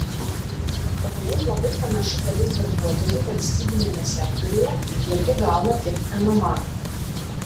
kodėl labai panaši dalis darbuotojų valstybiniame sektoriuje irgi gauna tik mma